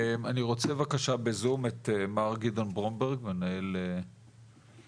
אני רוצה בבקשה בזום מר גדעון ברומברג מנהל אקופיס.